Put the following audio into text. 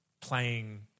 playing